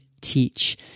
teach